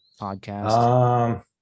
podcast